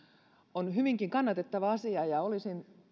on hyvinkin kannatettava asia ja olisin